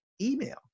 email